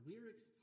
lyrics